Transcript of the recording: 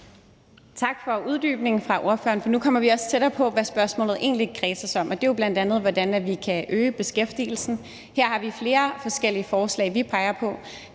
Tak for uddybningen, for nu kommer vi tættere på, hvad spørgsmålet egentlig kredser om, og det er jo bl.a., hvordan vi kan øge beskæftigelsen. Her peger vi på flere forskellige forslag. Det kan